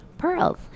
pearls